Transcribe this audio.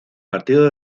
partido